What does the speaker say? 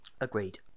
Agreed